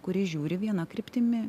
kuri žiūri viena kryptimi